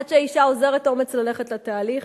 עד שהאשה אוזרת אומץ ללכת לתהליך,